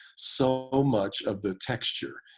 so much of the texture,